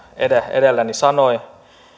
edelläni sanoi